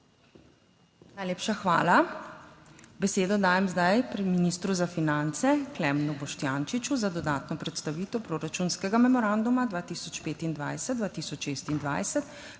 Najlepša hvala. Besedo dajem zdaj pri ministru za finance Klemnu Boštjančiču za dodatno predstavitev proračunskega memoranduma 2025-2026,